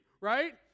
right